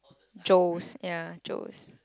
Joes yeah Joes